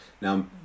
Now